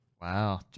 Wow